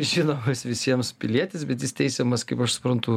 žinomas visiems pilietis bet jis teisiamas kaip aš suprantu